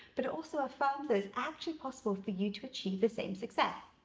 but it also affirms that it's actually possible for you to achieve the same success.